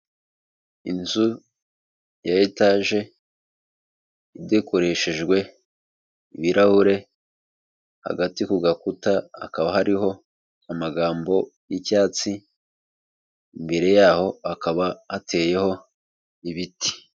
Inzu ya etaje idekoreshejwe ibirahure hagati ku gakuta, hakaba hariho amagambo y'icyatsi imbere yaho hakaba hateyeho ibiti.